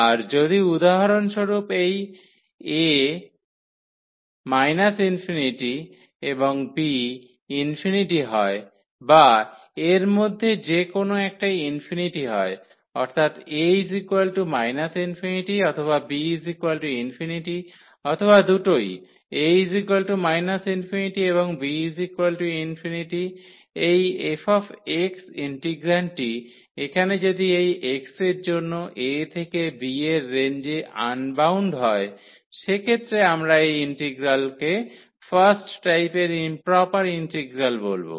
আর যদি উদাহরণস্বরূপ এই a ∞ এবং b ∞ হয় বা এর মধ্যে যেকোনো একটি ইনফিনিটি হয় অর্থাৎ a ∞ অথবা b∞ অথবা দুটোই a ∞ এবং b∞ এই f ইন্টিগ্রান্ডটি এখানে যদি এই x এর জন্য a থেকে b এর রেঞ্জে আনবাউন্ড হয় সেক্ষেত্রে আমরা এই ইন্টিগ্রালকে ফার্স্ট টাইপের ইম্প্রপার ইন্টিগ্রাল বলবো